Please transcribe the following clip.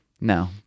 No